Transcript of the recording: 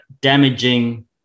damaging